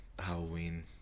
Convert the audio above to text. halloween